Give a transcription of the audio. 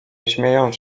śmieją